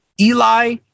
Eli